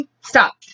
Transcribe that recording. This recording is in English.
stop